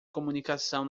comunicação